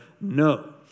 no